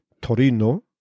Torino